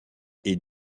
est